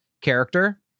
character